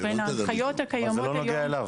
לבין ההנחיות הקיימות היום.